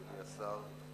כבוד השר,